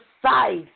Precise